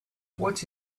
what